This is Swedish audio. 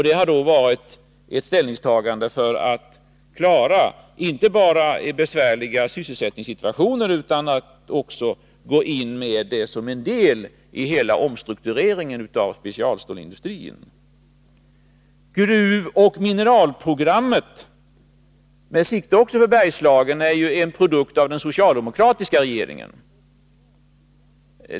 Det ställningstagandet gjorde vi inte bara för att klara en besvärlig sysselsättningssituation, utan rekonstruktionen skall också ingå som en del i omstruktureringen av hela specialstålsindustrin. Gruvoch mineralprogrammet, som också det tar sikte på Bergslagen, är en produkt av den socialdemokratiska regeringen.